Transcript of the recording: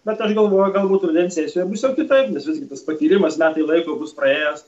bet aš galvoju galbūt rudens sesijoje bus jau kitaip nes visgi tas patyrimas metai laiko bus praėjęs